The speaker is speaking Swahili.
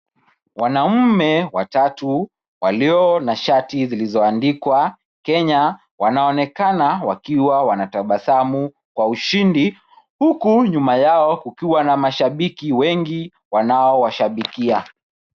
Wanaume watatu walio na shati zilizoandikwa Kenya wanaonekana wakiwa wanatabasamu kwa ushindi huku nyuma yao kukiwa na mashabiki wengi wanao washabikia.